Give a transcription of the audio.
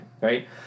right